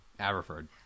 Aberford